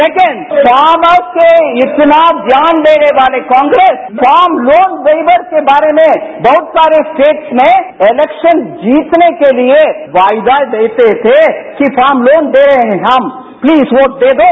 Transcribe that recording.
farms पर इतना ज्ञान लेने वाले कांग्रेस फार्म लॉन वेवर्स के बारे में बहुत सारी स्टेटस ने इलेक्शन जीतने के लिए वायदा देते थे कि फार्म लोन दे रहे हैं हम प्लीज बोट दें दो